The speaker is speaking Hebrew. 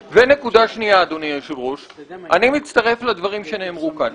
שנית, אני מצטרף לדברים שנאמרו פה.